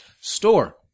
Store